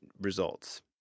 results